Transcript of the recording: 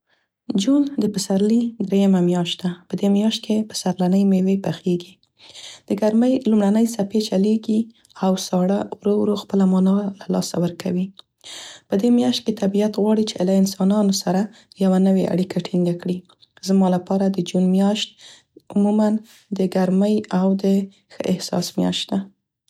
جون د پسرلي درییمه میاشت ده. په دې میاشت کې پسرلنۍ میوې پخیږي. د ګرمۍ لومړنۍ څپې چلیږي او ساړه ورو ورو خپله معنا له لاسه ورکوي. په دې میاشت کې طبیعت غواړي چې له انسانو سره یوه نوې اړیکه ټینګه کړي. زما لپاره د جون میاشت عموماً د ګرمۍ او دې ښه احساس میاشت ده.